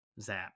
Zap